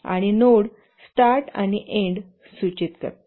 आणि node start आणि end सूचित करतात